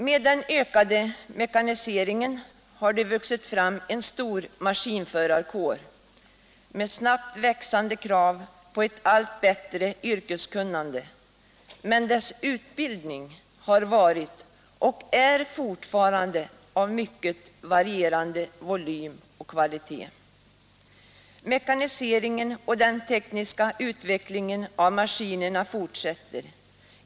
Med den ökade mekaniseringen har det vuxit fram en stor maskinförarkår med snabbt växande krav på ett allt bättre yrkeskunnande, men dess utbildning har varit — och är fortfarande — av mycket varierande volym och kvalitet. Mekaniseringen och den tekniska utvecklingen av maskinerna fortsätter.